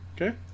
okay